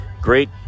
great